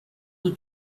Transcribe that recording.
the